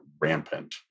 rampant